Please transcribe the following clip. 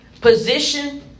Position